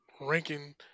ranking